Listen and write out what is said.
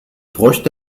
bräuchte